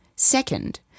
Second